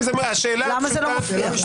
אז למה זה לא מופיע?